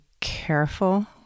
careful